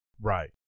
Right